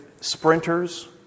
sprinters